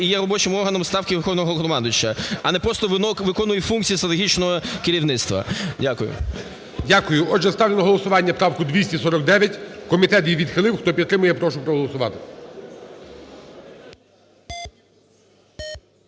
і є робочим органом у Ставки Верховного Головнокомандуючого". А не просто виконує функції стратегічного керівництва. Дякую. ГОЛОВУЮЧИЙ. Дякую. Отже, ставлю на голосування правку 249. Комітет її відхилив. Хто підтримує, я прошу проголосувати.